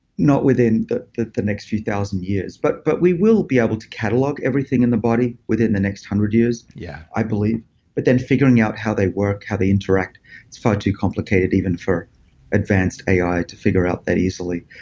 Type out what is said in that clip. not within the the next few thousand years but but we will be able to catalog everything in the body within the next one hundred years yeah i believe but then figuring out how they work, how they interact is far too complicated even for advanced ai to figure out that easily.